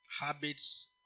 habits